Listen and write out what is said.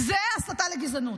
זה הסתה לגזענות.